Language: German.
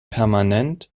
permanent